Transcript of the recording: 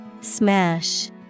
Smash